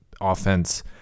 offense